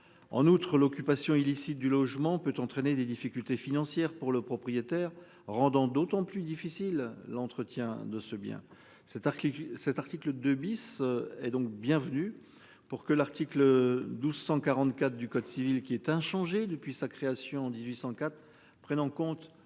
En outre, l'occupation illicite du logement peut entraîner des difficultés financières pour le propriétaire rendant d'autant plus difficile l'entretien de ce bien cet article, cet article 2 bis et donc bienvenue pour que l'article 12 144 du code civil qui est inchangé depuis sa création en 1804, prennent en compte